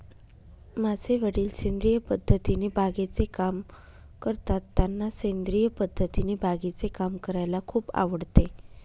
माझे वडील सेंद्रिय पद्धतीने बागेचे काम करतात, त्यांना सेंद्रिय पद्धतीने बागेचे काम करायला खूप आवडते